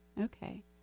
Okay